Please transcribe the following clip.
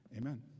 Amen